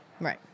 Right